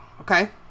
okay